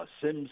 Sims